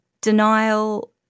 denial